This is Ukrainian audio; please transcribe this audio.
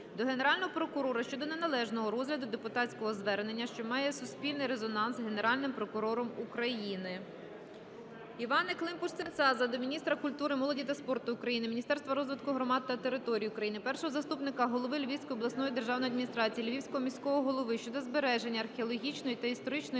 до Генерального прокурора щодо неналежного розгляду депутатського звернення, що має суспільний резонанс Генеральним прокурором України. Іванни Климпуш-Цинцадзе до міністра культури, молоді та спорту України, міністра розвитку громад та територій України, першого заступника голови Львівської обласної державної адміністрації, Львівського міського голови щодо збереження археологічної та історичної